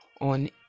on